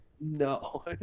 No